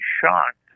shocked